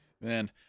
Man